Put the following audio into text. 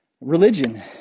religion